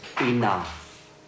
enough